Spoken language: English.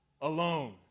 alone